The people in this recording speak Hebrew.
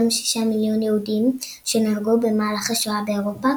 משישה מיליון יהודים שנהרגו במהלך השואה באירופה,